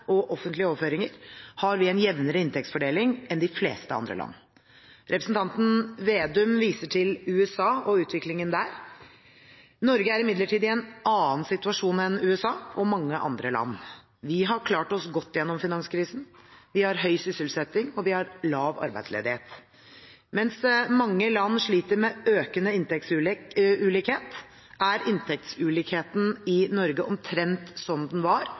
og offentlige overføringer, har vi en jevnere inntektsfordeling enn de fleste andre land. Representanten Slagsvold Vedum viser til USA og utviklingen der. Norge er imidlertid i en annen situasjon enn USA og mange andre land. Vi har klart oss godt gjennom finanskrisen, vi har høy sysselsetting, og vi har lav arbeidsledighet. Mens mange land sliter med økende inntektsulikhet, er inntektsulikheten i Norge omtrent som den var